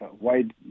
wide